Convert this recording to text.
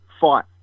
fight